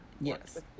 yes